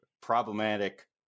problematic